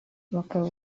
bakaba